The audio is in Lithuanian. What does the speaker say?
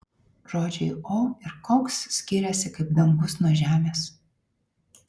žodžiai o ir koks skiriasi kaip dangus nuo žemės